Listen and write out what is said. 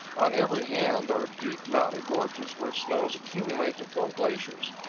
on every hand are deep mountain gorges where snows accumulate to form glaciers.